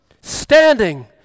standing